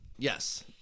Yes